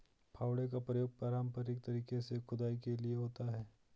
फावड़े का प्रयोग पारंपरिक तरीके से खुदाई के लिए होता है